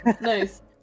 Nice